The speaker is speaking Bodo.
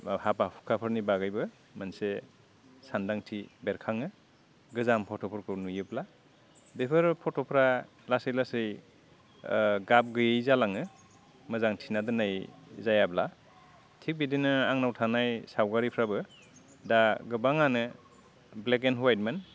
हाबा हुखाफोरनि बागैबो मोनसे सानदांथि बेरखाङो गोजाम फट'फोरखौ नुयोब्ला बेफोर फट'फोरा लासै लासै गाब गैयै जालाङो मोजां थिनानै दोननाय जायाब्ला थिग बिदिनो आंनाव थानाय सावगारिफ्राबो दा गोबांआनो ब्लेक एन्ड हवाइट मोन